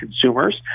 consumers